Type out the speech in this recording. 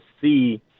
see